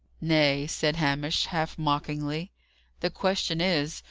nay, said hamish, half mockingly the question is,